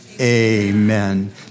amen